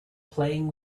playing